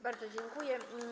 Bardzo dziękuję.